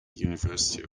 university